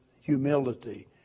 humility